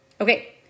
Okay